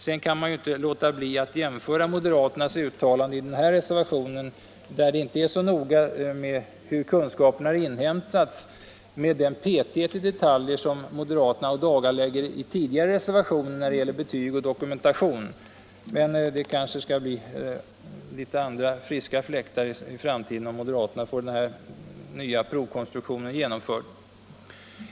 Sedan kan man inte låta bli att jämföra moderaternas uttalande i deras reservation — där det inte är så noga med hur kunskaperna har inhämtats — med den petighet i detaljer som moderaterna ådagalagt i tidigare reservationer när det gällt betyg och dokumentation. Men det kanske skall bli litet andra och friskare fläktar i framtiden, om moderaterna får denna nya konstruktion av proven genomförd.